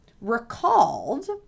Recalled